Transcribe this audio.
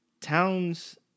Towns